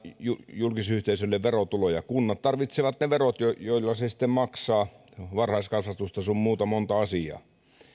julkisyhteisölle verotuloja kunnat tarvitsevat ne verot joilla se sitten maksaa varhaiskasvatusta sun muuta monta asiaa